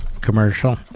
commercial